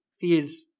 fears